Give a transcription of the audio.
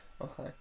Okay